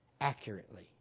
accurately